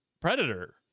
predator